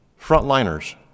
frontliners